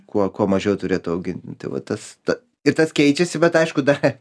kuo kuo mažiau turėtų augint tai va tas ta ir tas keičiasi bet aišku da